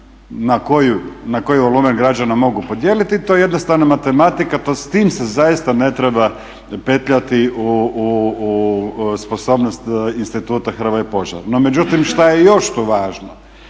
na koji volumen građane mogu podijeliti i to je jednostavna matematika. Pa s tim se zaista ne treba petljati u sposobnost Instituta "Hrvoje Požar". No međutim šta je još tu važno?